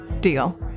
Deal